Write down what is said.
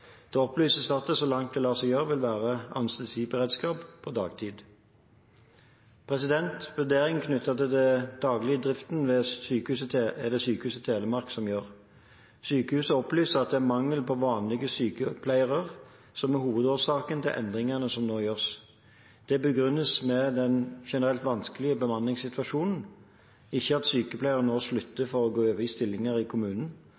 opplyses at det, så langt det lar seg gjøre, vil være anestesiberedskap på dagtid. Vurderinger knyttet til den daglige driften er det Sykehuset Telemark som gjør. Sykehuset opplyser at det er mangel på vanlige sykepleiere som er hovedårsaken til endringene som nå gjøres. Det begrunnes med den generelt vanskelige bemanningssituasjonen, ikke at sykepleiere slutter for å gå over i stillinger i